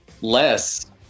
Less